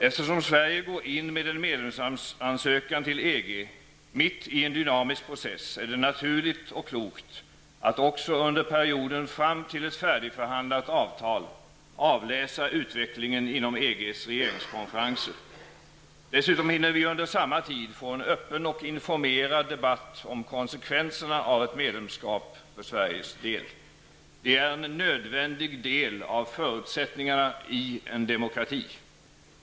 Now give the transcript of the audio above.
Eftersom Sverige går in med en medlemskapsansökan till EG mitt i en dynamisk prcess är det naturligt och klokt att också under perioden fram till ett färdigförhandlat avtal avläsa utvecklingen inom EGs regeringskonferenser. Dessutom hinner vi under samma tid få en öppen och informerad debatt om konsekvenserna av ett medlemskap för Sveriges del. Det är en nödvändig del av förutsättningarna för en demokrati.